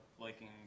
liking